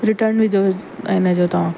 return विधो हिन जो तव्हां